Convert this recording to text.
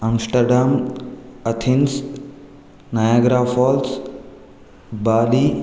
Amsterdam Athens Niagara Falls Bali